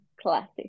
classic